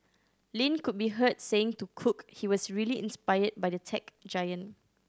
Lin could be heard saying to cook he was really inspired by the tech giant